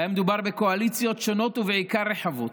והיה מדובר בקואליציות שונות ובעיקר רחבות,